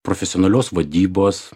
profesionalios vadybos